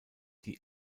die